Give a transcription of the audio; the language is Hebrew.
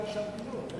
יש שם משהו.